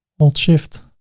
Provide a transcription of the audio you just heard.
hold shift.